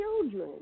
children